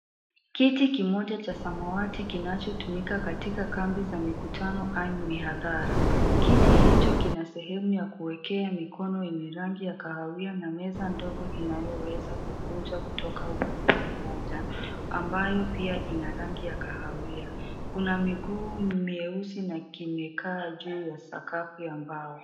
Kiti kimoja cha samawati kinachotumika katika kambi za mikutano au mihadhara. Kiti hicho kina sehemu ya kuwekea mikono yenye rangi ya kahawia na meza ndogo inayoweza kukunjwa kutoka upande mmoja ambayo pia ina rangi ya kahawia. Kuna miguu mieusi na kimekaa juu ya sakafu ya mbao.